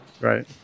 Right